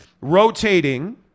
Rotating